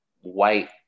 white